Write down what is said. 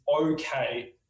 okay